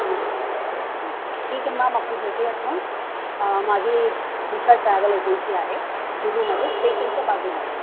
एक जून ते तीन जून ठीक आहे मॅम आपण भेटूयात मग माझी डिशा ट्रॅव्हल एजन्सी आहे जुहूमध्ये स्टेशनच्या बाजूलाच